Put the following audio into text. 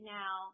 now